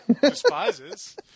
despises